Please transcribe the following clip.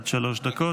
עד שלוש דקות